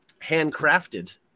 Handcrafted